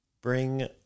bring